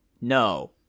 no